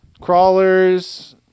crawlers